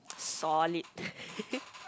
solid